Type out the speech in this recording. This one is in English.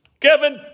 Kevin